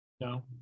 No